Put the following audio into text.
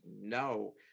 no